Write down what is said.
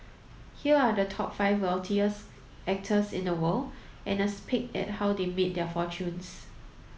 here are the top five wealthiest actors in the world and a peek at how they made their fortunes